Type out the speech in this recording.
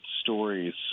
stories